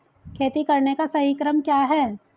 खेती करने का सही क्रम क्या है?